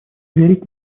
верить